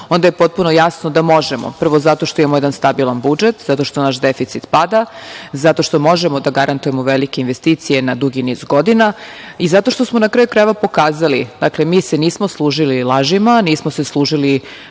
onda je potpuno jasno da možemo. Prvo, zato što imamo jedan stabilan budžet, zato što naš deficit pada, zato što možemo da garantujemo velike investicije na dugi niz godina i zato što smo, na kraju krajeva, pokazali. Dakle, mi se nismo služili lažima, nismo se služili